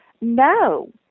No